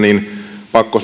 pakko